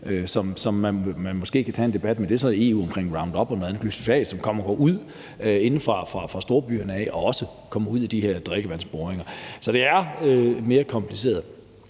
som man måske kan tage en debat om. Men det er så en EU-sag omkring Roundup og noget andet, som kommer inde fra storbyerne, og de kommer også ud i de her drikkevandsboringer. Så det er mere kompliceret.